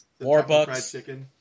Warbucks